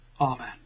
Amen